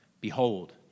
Behold